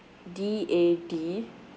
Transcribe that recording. D A T